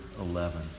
eleven